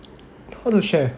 how to share